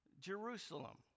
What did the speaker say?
Jerusalem